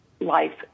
life